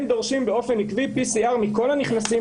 הם דורשים באופן עקבי PCR מכל הנכנסים,